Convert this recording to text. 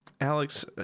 alex